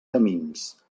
camins